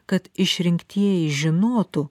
kad išrinktieji žinotų